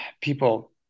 people